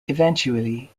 eventually